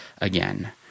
again